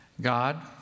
God